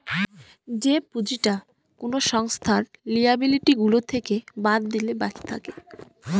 যে পুঁজিটা কোনো সংস্থার লিয়াবিলিটি গুলো থেকে বাদ দিলে বাকি থাকে